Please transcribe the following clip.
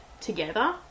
together